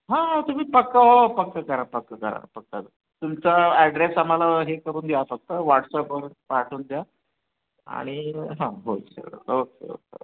हां तुम्ही पक्कं हो पक्कं करा पक्कं करा पक्कं करा तुमचा ॲड्रेस आम्हाला हे करून द्या फक्त व्हॉट्सअपवर पाठवून द्या आणि हां हो ओके ओके ओके